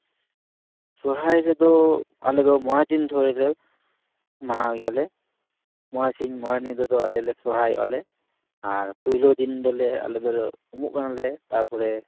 ᱥᱚᱨᱦᱟᱭ ᱨᱮᱫᱚ ᱟᱞᱮ ᱫᱚ ᱢᱚᱬᱮ ᱫᱤᱱ ᱫᱷᱚᱨᱮ ᱞᱮ ᱢᱟᱱᱟᱣ ᱜᱮᱭᱟᱞᱮ ᱢᱚᱬᱮ ᱥᱤᱧ ᱢᱚᱬᱮ ᱧᱤᱫᱟᱹ ᱫᱚ ᱟᱞᱮ ᱞᱮ ᱥᱚᱨᱦᱟᱭᱚᱜᱼᱟ ᱞᱮ ᱟᱨ ᱯᱩᱳᱞᱳ ᱫᱤᱱ ᱫᱚᱞᱮ ᱩᱢᱩᱜ ᱠᱟᱱᱟᱞᱮ ᱛᱟᱯᱚᱨᱮ